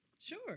Sure